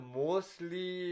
mostly